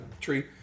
tree